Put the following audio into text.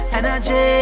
energy